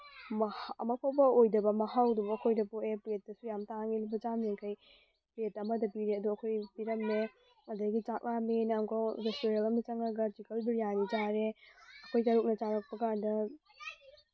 ꯑꯃꯨꯛ ꯐꯥꯎꯕ ꯑꯣꯏꯗꯕ ꯃꯍꯥꯎꯗꯨꯕꯨ ꯑꯩꯈꯣꯏꯗ ꯄꯣꯛꯑꯦ ꯄ꯭ꯂꯦꯠꯇꯁꯨ ꯌꯥꯝꯅ ꯇꯥꯡꯉꯦ ꯂꯨꯄꯥ ꯆꯥꯝ ꯌꯥꯡꯈꯩ ꯄ꯭ꯂꯦꯠ ꯑꯃꯗ ꯄꯤꯔꯦ ꯑꯗꯣ ꯑꯩꯈꯣꯏ ꯄꯤꯔꯝꯃꯦ ꯑꯗꯩꯒꯤ ꯆꯥꯛ ꯂꯥꯝꯃꯦꯅ ꯑꯃꯨꯛꯀꯃꯨꯛ ꯔꯦꯁꯇꯨꯔꯦꯜ ꯑꯃꯗ ꯆꯪꯉꯒ ꯆꯤꯛꯀꯜ ꯕ꯭ꯔꯤꯌꯥꯅꯤ ꯆꯥꯔꯦ ꯑꯩꯈꯣꯏ ꯇꯔꯨꯛꯅ ꯆꯥꯔꯛꯄ ꯀꯥꯟꯗ